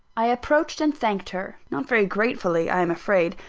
i approached and thanked her not very gratefully, i am afraid,